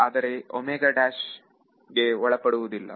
ಆದರೆ ಇದಕ್ಕೆ ಒಳಪಡುವುದಿಲ್ಲ